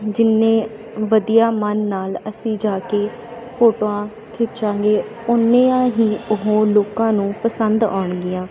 ਜਿੰਨੇ ਵਧੀਆ ਮਨ ਨਾਲ ਅਸੀਂ ਜਾ ਕੇ ਫੋਟੋਆਂ ਖਿੱਚਾਂਗੇ ਓਨੀਆਂ ਹੀ ਉਹ ਲੋਕਾਂ ਨੂੰ ਪਸੰਦ ਆਉਣਗੀਆਂ